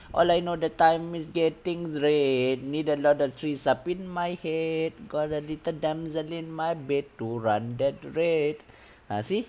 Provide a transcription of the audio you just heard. all I know the time it is getting dread need a lot of trees up in my head got a little damsel in my bed to run that red I see